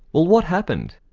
well, what happened?